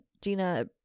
Gina